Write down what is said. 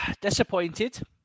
disappointed